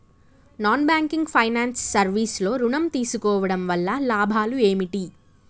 Non banking finance service లో ఋణం తీసుకోవడం వల్ల లాభాలు ఏమిటి?